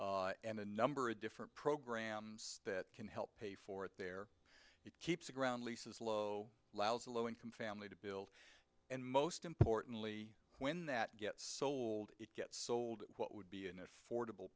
land and a number of different programs that can help pay for it there it keeps the ground leases low lousy low income family to build and most importantly when that gets sold it gets sold what would be an affordable